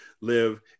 live